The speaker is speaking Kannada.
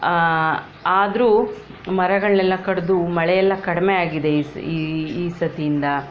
ಆದರೂ ಮರಗಳನ್ನೆಲ್ಲ ಕಡಿದು ಮಳೆ ಎಲ್ಲ ಕಡಿಮೆಯಾಗಿದೆ ಈ ಸ್ ಈ ಈ ಸರಿಯಿಂದ